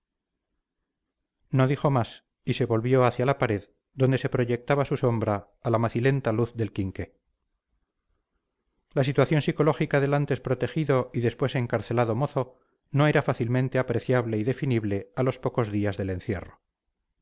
no dijo más y se volvió hacia la pared donde se proyectaba su sombra a la macilenta luz del quinqué la situación psicológica del antes protegido y después encarcelado mozo no era fácilmente apreciable y definible a los pocos días del encierro